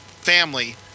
family